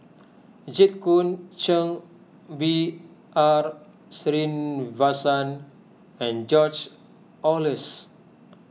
Jit Koon Ch'ng B R Sreenivasan and George Oehlers